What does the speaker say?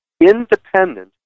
independent